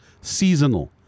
seasonal